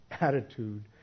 attitude